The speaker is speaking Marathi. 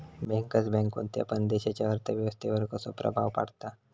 बँकर्स बँक कोणत्या पण देशाच्या अर्थ व्यवस्थेवर कसो प्रभाव पाडता?